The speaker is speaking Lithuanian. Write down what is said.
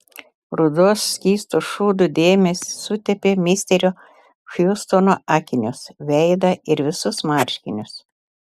rudos skysto šūdo dėmės sutepė misterio hjustono akinius veidą ir visus marškinius